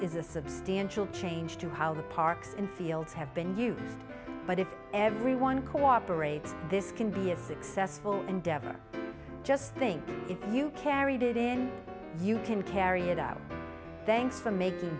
is a substantial change to how the parks and fields have been used but if everyone co operate this can be a successful endeavor just think if you carried it in you can carry it out thanks for making